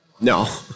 No